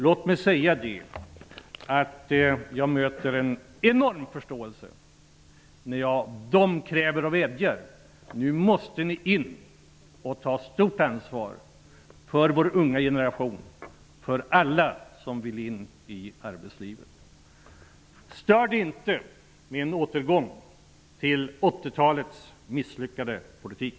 Låt mig säga att jag möter en enorm förståelse när jag av dem kräver och vädjar att de nu måste ta stort ansvar för vår unga generation, för alla som vill komma in i arbetslivet. Stör inte detta med en återgång till 80-talets misslyckade politik!